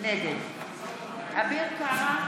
נגד אביר קארה,